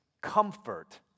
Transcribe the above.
comfort